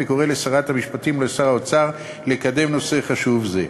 ואני קורא לשרת המשפטים ולשר האוצר לקדם נושא חשוב זה.